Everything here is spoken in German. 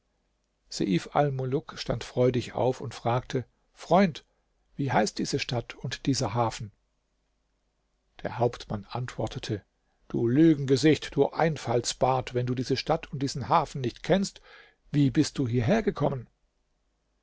stand freudig auf und fragte freund wie heißt diese stadt und dieser hafen der hauptmann antwortete du lügengesicht du einfaltsbart wenn du diese stadt und diesen hafen nicht kennst wie bist du hierher gekommen